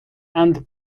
and